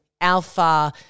alpha